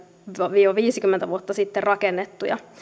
viiva viisikymmentä vuotta sitten rakennettuja